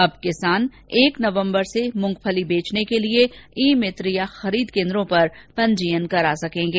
अब किसान एक नवंबर से मूंगफली बेचने के लिए ई मित्र या खरीद केन्द्रों पर पंजीयन करा सकेंगे